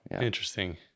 Interesting